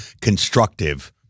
constructive